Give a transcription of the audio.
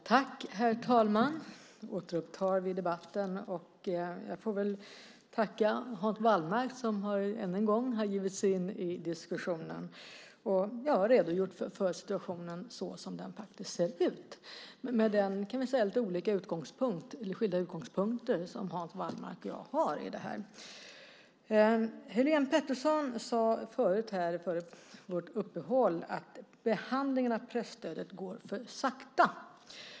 Herr talman! Vi återupptar alltså debatten. Jag får väl tacka Hans Wallmark som ännu en gång har givit sig in i diskussionen och redogjort för situationen så som det faktiskt ser ut med de, kan vi säga, lite skilda utgångspunkter som Hans Wallmark och jag här har. Helene Petersson sade före uppehållet att behandlingen av presstödet går för sakta.